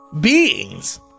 beings